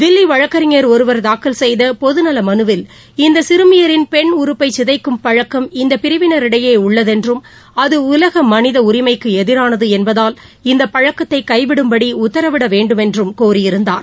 தில்லிவழக்கறிஞர் ஒருவர் தாக்கல் செய்தபொதுநலமனுவில் இந்தசிறுமியரின் பெண் உறுப்பைசிதைக்கும் இந்தபிரிவினரிடையேஉள்ளதென்றம் அதுஉலகமனிதஉரிமைக்குஎதிரானதுஎன்பதால் பழக்கம் இந்த பழக்கத்தைகைவிடும்படிஉத்தரவிடவேண்டுமென்றும் கோரியிருந்தார்